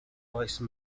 vice